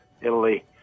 Italy